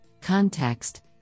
context